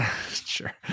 Sure